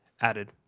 Added